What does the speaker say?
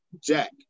Jack